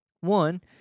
One